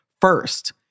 first